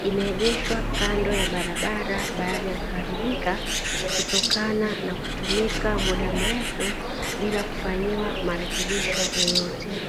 limeegeshwa kando ya barabara baada ya kuharibika kutokana na kutumika muda mrefu bila kufanyiwa marekebisho yoyote.